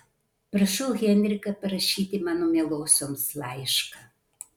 prašau henriką parašyti mano mielosioms laišką